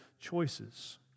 choices